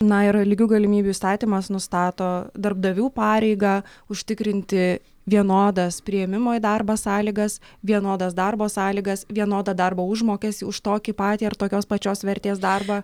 na ir lygių galimybių įstatymas nustato darbdavių pareigą užtikrinti vienodas priėmimo į darbą sąlygas vienodas darbo sąlygas vienodą darbo užmokestį už tokį patį ar tokios pačios vertės darbą